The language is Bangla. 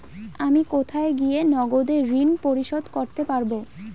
আমি কোথায় গিয়ে নগদে ঋন পরিশোধ করতে পারবো?